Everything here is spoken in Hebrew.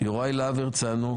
יוראי להב הרצנו,